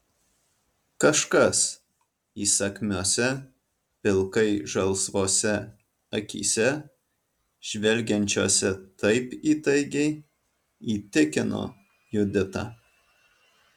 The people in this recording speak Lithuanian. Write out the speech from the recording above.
kažkas įsakmiose pilkai žalsvose akyse žvelgiančiose taip įtaigiai įtikino juditą